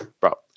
bro